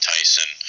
Tyson